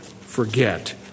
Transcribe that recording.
forget